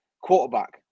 quarterback